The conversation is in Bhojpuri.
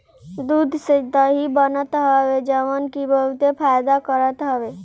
दूध से दही बनत हवे जवन की बहुते फायदा करत हवे